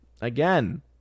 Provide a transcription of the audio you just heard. Again